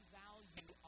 value